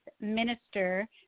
minister